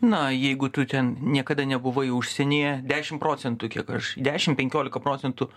na jeigu tu ten niekada nebuvai užsienyje dešim procentų kiek aš dešim penkiolika procentų